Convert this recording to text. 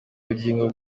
ubugingo